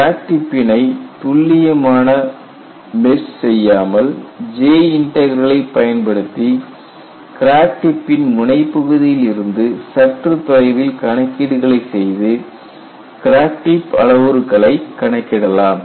crack டிப்பினை துல்லியமான mesh செய்யாமல் J இன்டக்ரலை பயன்படுத்தி கிராக் டிப்பின் முனைப் பகுதியில் இருந்து சற்று தொலைவில் கணக்கீடுகளை செய்து கிராக் டிப் அளவுருக்களைக் கணக்கிடலாம்